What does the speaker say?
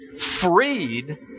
freed